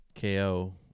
KO